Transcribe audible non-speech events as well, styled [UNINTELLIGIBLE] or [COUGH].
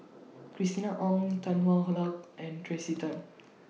Christina Ong Tan Hwa [UNINTELLIGIBLE] Luck and Tracey Tan